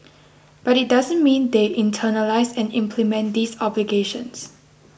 but it doesn't mean they internalise and implement these obligations